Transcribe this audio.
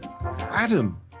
Adam